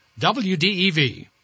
WDEV